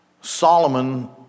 Solomon